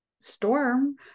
storm